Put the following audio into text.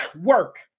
Work